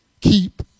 Keep